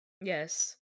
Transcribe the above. yes